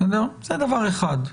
זה דבר אחד.